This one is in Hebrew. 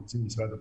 נציג משרד הבריאות.